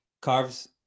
Carves